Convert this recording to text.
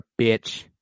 bitch